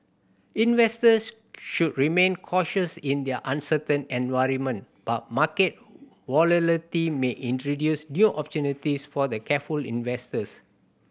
investors should remain cautious in their uncertain environment but market may introduce new opportunities for the careful investors